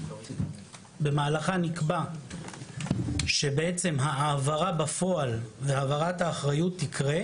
נקבע שבעצם ההעברה בפועל והעברת האחריות תקרה